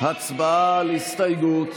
הצבעה על הסתייגות.